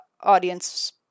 audience